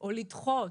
או לדחות,